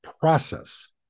process